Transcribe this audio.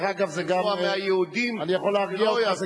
דרך אגב, אני יכול להרגיע אותך.